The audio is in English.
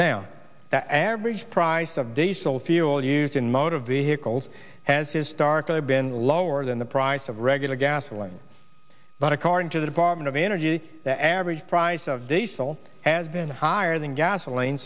now the average price of diesel fuel used in motor vehicles has historically been lower than the price of regular gasoline but according to the department of energy the average price of diesel has been higher than gasoline